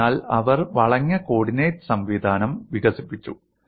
അതിനാൽ അവർ വളഞ്ഞ കോർഡിനേറ്റ് സംവിധാനം വികസിപ്പിച്ചു